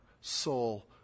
soul